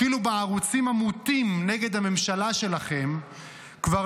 אפילו בערוצים המוטים נגד הממשלה שלכם כבר